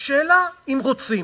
השאלה היא אם רוצים.